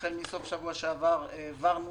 החל מסוף שבוע שעבר העברנו